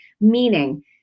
meaning